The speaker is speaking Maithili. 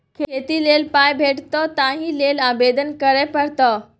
खेती लेल पाय भेटितौ ताहि लेल आवेदन करय पड़तौ